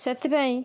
ସେଥିପାଇଁ